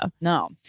No